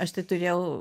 aš tai turėjau